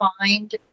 find